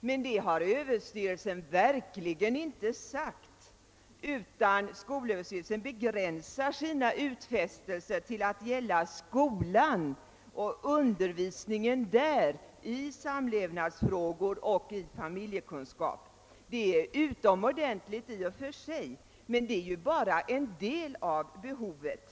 Men det har Överstyrelsen verkligen inte sagt, utan skolöverstyrelsen begränsar sina utfästelser till att gälla skolans undervisning i samlevnadsfrågor och familjekunskap. Det är utomordentligt bra i och för sig, men det täcker ju bara en del av behovet.